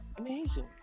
amazing